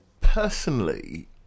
personally